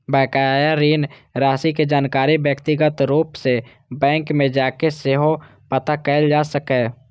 बकाया ऋण राशि के जानकारी व्यक्तिगत रूप सं बैंक मे जाके सेहो पता कैल जा सकैए